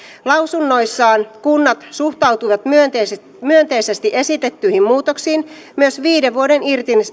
lausunnoissaan kunnat suhtautuivat myönteisesti myönteisesti esitettyihin muutoksiin myös viiden vuoden